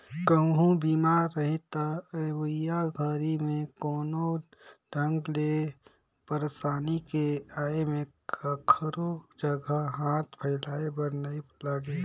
कहूँ बीमा रही त अवइया घरी मे कोनो ढंग ले परसानी के आये में काखरो जघा हाथ फइलाये बर नइ लागे